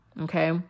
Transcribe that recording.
okay